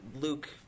Luke